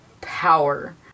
power